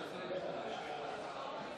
תהיה הפרדה.